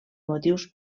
motius